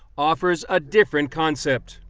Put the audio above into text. offers a different concept.